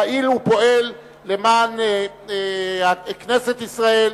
פעיל ופועל למען כנסת ישראל,